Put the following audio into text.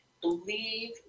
believe